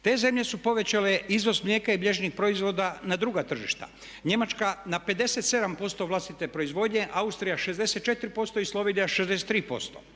Te zemlje su povećale izvoz mlijeka i mliječnih proizvoda na druga tržišta. Njemačka na 57% vlastite proizvodnje, Austrija 64% i Slovenija 63%.